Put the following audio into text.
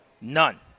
None